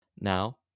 Now